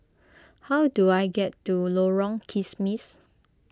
how do I get to Lorong Kismis